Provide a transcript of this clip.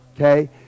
Okay